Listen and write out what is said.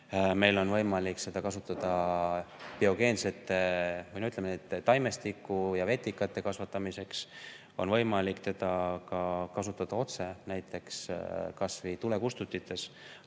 Meil on võimalik seda kasutada biogeensete, või ütleme, taimestiku ja vetikate kasvatamiseks. On võimalik seda kasutada ka otse, näiteks kas või tulekustutites.